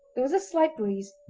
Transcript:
there was a slight breeze,